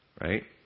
right